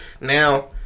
Now